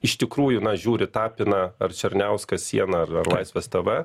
iš tikrųjų na žiūri tapiną ar černiausko sieną ar ar laisvės tv